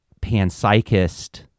panpsychist